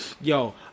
yo